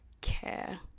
care